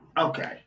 Okay